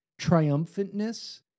triumphantness